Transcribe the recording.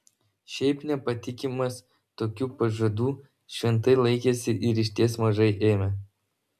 šiaip nepatikimas tokių pažadų šventai laikėsi ir išties mažai ėmė